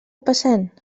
passant